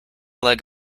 leg